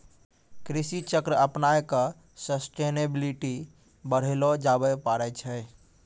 कृषि चक्र अपनाय क सस्टेनेबिलिटी बढ़ैलो जाबे पारै छै